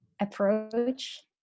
approach